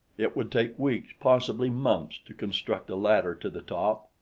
it would take weeks, possibly months, to construct a ladder to the top.